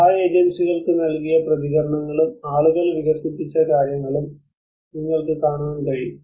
സഹായ ഏജൻസികൾക്ക് നൽകിയ പ്രതികരണങ്ങളും ആളുകൾ വികസിപ്പിച്ച കാര്യങ്ങളും നിങ്ങൾക്ക് കാണാൻ കഴിയും